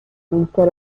instead